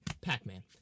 Pac-Man